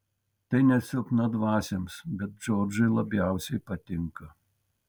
tai ne silpnadvasiams bet džordžui labiausiai patinka